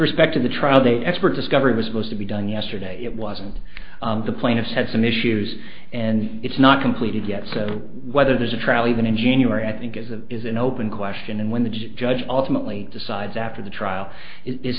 respect to the trial date expert discovery was supposed to be done yesterday it wasn't the plaintiff had some issues and it's not completed yet so whether there's a travel even in january i think is a is an open question and when the judge ultimately decides after the trial i